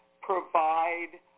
provide